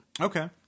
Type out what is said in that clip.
Okay